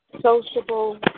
sociable